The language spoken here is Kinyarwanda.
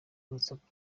urusaku